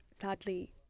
sadly